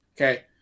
okay